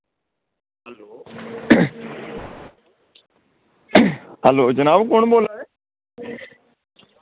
hello जनाब कुन्न बोल्ला दे